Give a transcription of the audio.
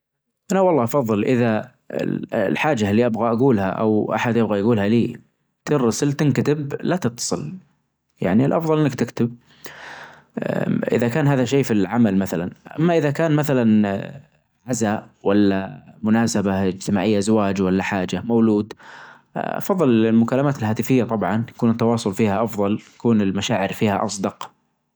انا والله فضل اذا الحاجة اللي ابغى اجولها او احد يبغى يجولها ليتنرسل تنكتب لا تتصل يعني الافظل انك تكتب اذا كان هذا شي في العمل مثلا اما اذا كان مثلا عزا ولا مناسبة اجتماعية زواج ولا حاجة مولود افظل المكالمات الهاتفية طبعا يكون التواصل فيها افضل يكون المشاعر فيها اصدق.